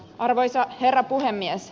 arvoisa herra puhemies